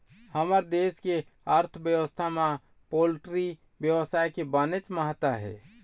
हमर देश के अर्थबेवस्था म पोल्टी बेवसाय के बनेच महत्ता हे